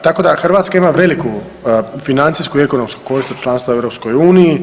Tako da Hrvatska ima veliku financijsku i ekonomsku korist od članstva u EU.